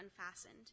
unfastened